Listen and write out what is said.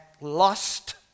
lost